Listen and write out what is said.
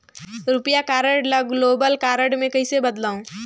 रुपिया कारड ल global card मे कइसे बदलव?